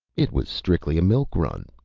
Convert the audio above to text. it was strictly a milk run,